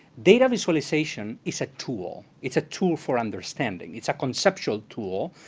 data visualization is a tool. it's a tool for understanding. it's a conceptual tool,